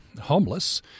homeless